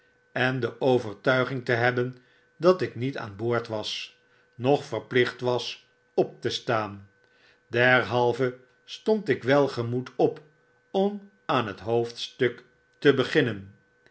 en de overtuiging te hebben dat ik niet aan boord was noch verplicht was op te staan derhalve stond ik welgemoed op om aan het hoofdstuk te beginnen